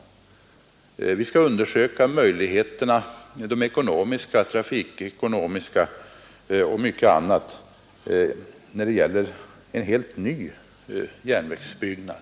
Man skall undersöka de trafiktekniska och ekonomiska möjligheterna och mycket annat beträffande en helt ny järnvägsbyggnad.